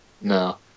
no